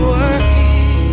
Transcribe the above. working